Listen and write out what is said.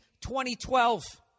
2012